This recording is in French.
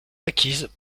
acquises